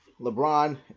lebron